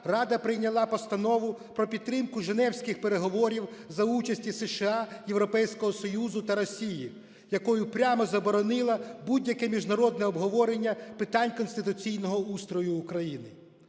Рада прийняла Постанову про підтримку Женевських переговорів за участі США, Європейського Союзу та Росії, якою прямо заборонила будь-яке міжнародне обговорення питань конституційного устрою України.